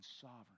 sovereign